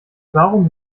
warum